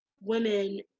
women